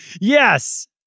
Yes